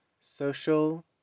social